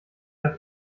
der